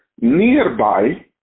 nearby